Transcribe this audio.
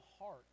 heart